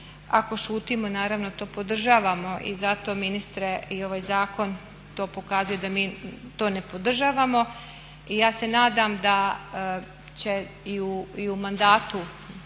Ako šutimo naravno to podržavamo i zato ministre i ovaj zakon to pokazuje da mi to ne podržavamo i ja se nadam da će i u mandatu